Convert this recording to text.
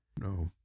No